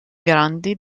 grandi